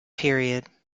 period